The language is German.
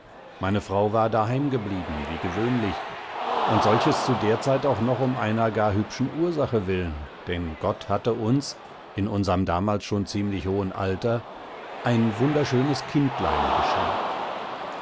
meine frau war daheim geblieben wie gewöhnlich und solches zu der zeit auch noch um einer gar hübschen ursache willen denn gott hatte uns in unserm damals schon ziemlich hohen alter ein wunderschönes kindlein beschert